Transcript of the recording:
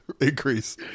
increase